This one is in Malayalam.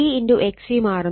C XC മാറുന്നുണ്ട്